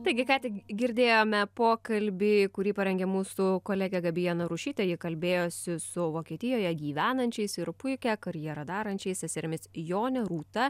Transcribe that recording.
taigi ką tik girdėjome pokalbį kurį parengė mūsų kolegė gabija narušytė ji kalbėjosi su vokietijoje gyvenančiais ir puikią karjerą darančiais seserimis jone rūta